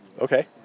Okay